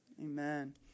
Amen